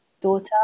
daughter